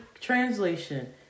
translation